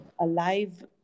alive